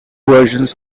versions